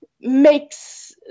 makes